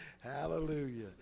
Hallelujah